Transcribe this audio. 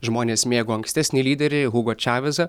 žmonės mėgo ankstesnį lyderį hugo čavizą